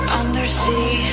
undersea